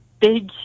big